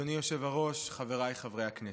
אדוני היושב-ראש, חבריי חברי הכנסת,